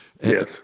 Yes